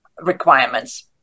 requirements